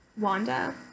wanda